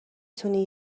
تونی